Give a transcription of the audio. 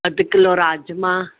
अधु किलो राजमा